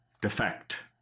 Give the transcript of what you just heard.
defect